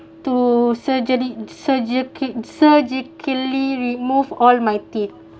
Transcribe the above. to surgery surgical surgically remove all my teeth